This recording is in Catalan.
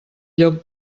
lloc